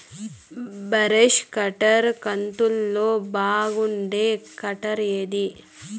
Brush cutter కంతులలో బాగుండేది cutter ఏది?